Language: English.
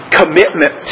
commitment